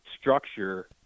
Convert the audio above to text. structure